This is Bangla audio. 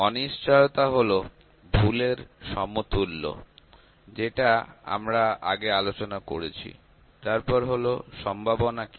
অনিশ্চয়তা হলো ভুলের সমতুল্য যেটা আমরা আগে আলোচনা করেছি তারপর হলো সম্ভাবনা কি